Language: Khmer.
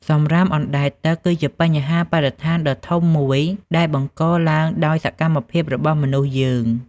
សំរាមអណ្តែតទឹកគឺជាបញ្ហាបរិស្ថានដ៏ធំមួយដែលបង្កឡើងដោយសកម្មភាពរបស់មនុស្សយើង។